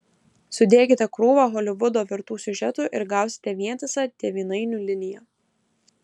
sudėkite krūvą holivudo vertų siužetų ir gausite vientisą tėvynainių liniją